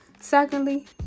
Secondly